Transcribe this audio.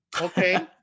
okay